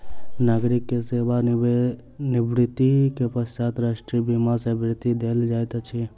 नागरिक के सेवा निवृत्ति के पश्चात राष्ट्रीय बीमा सॅ वृत्ति देल जाइत अछि